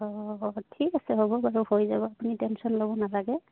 অঁ অঁ ঠিক আছে হ'ব বাৰু হৈ যাব আপুনি টেনশ্যন ল'ব নালাগে